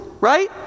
right